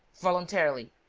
voluntarily?